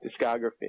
discography